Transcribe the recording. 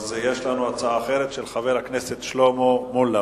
אז יש לנו הצעה אחרת, של חבר הכנסת שלמה מולה.